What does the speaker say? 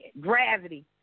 Gravity